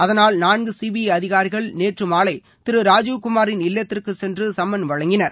அதனால் நான்கு சிபிஐ அதிகாரிகள் நேற்று மாலை திரு ராஜீவ் குமாரின் இல்லத்திற்குச் சென்று சம்மன் வழங்கினர்